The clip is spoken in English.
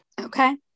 Okay